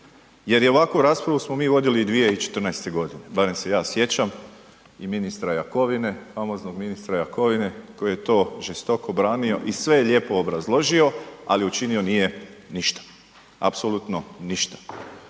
jer i ovakvu raspravu smo mi vodili i 2014. godine, barem se ja sjećam i ministra Jakovine, famoznog ministra Jakovine koji je to žestoko branio i sve je lijepo obrazložio, ali učinio nije ništa, apsolutno ništa.